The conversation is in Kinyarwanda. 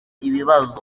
ibibazo